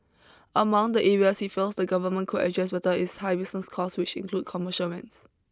among the areas he feels the government could address better is high business costs which include commercial rents